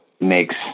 makes